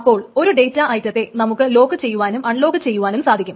അപ്പോൾ ഒരു ഡേറ്റ ഐറ്റത്തെ നമുക്ക് ലോക്ക് ചെയ്യുവാനും അൺലോക്ക് ചെയ്യുവാനും സാധിക്കും